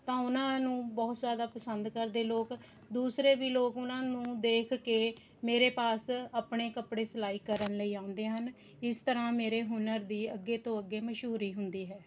ਤਾਂ ਉਹਨਾਂ ਨੂੰ ਬਹੁਤ ਜ਼ਿਆਦਾ ਪਸੰਦ ਕਰਦੇ ਲੋਕ ਦੂਸਰੇ ਵੀ ਲੋਕ ਉਹਨਾਂ ਨੂੰ ਦੇਖ ਕੇ ਮੇਰੇ ਪਾਸ ਆਪਣੇ ਕੱਪੜੇ ਸਿਲਾਈ ਕਰਨ ਲਈ ਆਉਂਦੇ ਹਨ ਇਸ ਤਰ੍ਹਾਂ ਮੇਰੇ ਹੁਨਰ ਦੀ ਅੱਗੇ ਤੋਂ ਅੱਗੇ ਮਸ਼ਹੂਰੀ ਹੁੰਦੀ ਹੈ